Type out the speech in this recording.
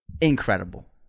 incredible